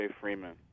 Freeman